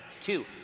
Two